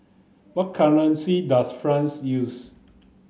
what currency does France use